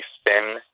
spin